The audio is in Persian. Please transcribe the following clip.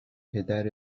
پدر